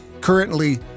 Currently